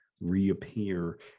reappear